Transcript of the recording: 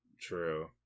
True